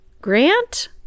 Grant